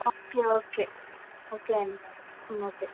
okay okay okay అండి okay